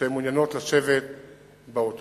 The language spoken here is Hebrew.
שהן מעוניינות לשבת בו באוטובוס.